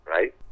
Right